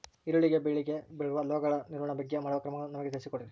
ಈರುಳ್ಳಿ ಬೆಳೆಗೆ ಬರುವ ರೋಗಗಳ ನಿರ್ವಹಣೆ ಮಾಡುವ ಕ್ರಮಗಳನ್ನು ನಮಗೆ ತಿಳಿಸಿ ಕೊಡ್ರಿ?